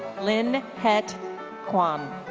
lynn pet quam.